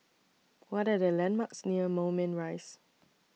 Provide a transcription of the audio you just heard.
What Are The landmarks near Moulmein Rise